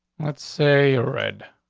let's say ah red.